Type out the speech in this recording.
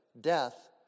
death